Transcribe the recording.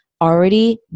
already